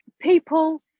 people